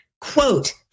quote